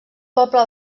poble